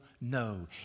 no